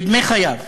בדמי חייו